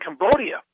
Cambodia